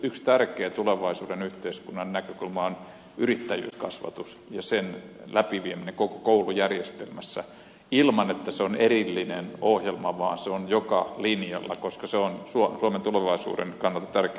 yksi tärkeä tulevaisuuden yhteiskunnan näkökulma on yrittäjyyskasvatus ja sen läpivieminen koko koulujärjestelmässä ilman että se on erillinen ohjelma vaan se on joka linjalla koska se on suomen tulevaisuuden kannalta tärkeä